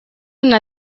una